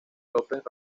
lópez